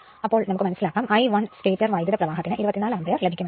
അപ്പോൾ നമുക്ക് മനസിലാക്കാം I1 സ്റ്റേറ്റർ വൈദ്യുതപ്രവാഹത്തിന് 24 അംപീയെർ ലഭിക്കുമെന്ന്